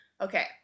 Okay